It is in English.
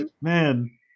Man